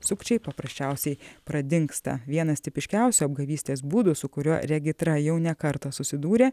sukčiai paprasčiausiai pradingsta vienas tipiškiausių apgavystės būdų su kuriuo regitra jau ne kartą susidūrė